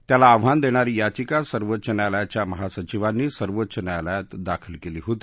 त्याला आव्हान देणारी याचिका सर्वोच्च न्यायालयाच्या महासचिवांनी सर्वोच्च न्यायालयात दाखल केली होती